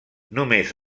només